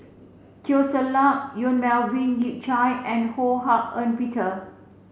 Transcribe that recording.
Teo Ser Luck Yong Melvin Yik Chye and Ho Hak Ean Peter